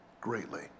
greatly